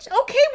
okay